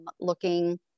looking